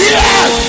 yes